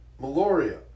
Meloria